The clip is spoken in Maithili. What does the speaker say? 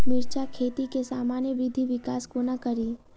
मिर्चा खेती केँ सामान्य वृद्धि विकास कोना करि?